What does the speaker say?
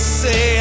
say